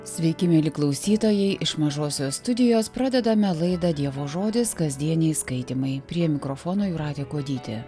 sveiki mieli klausytojai iš mažosios studijos pradedame laidą dievo žodis kasdieniai skaitymai prie mikrofono jūratė kuodytė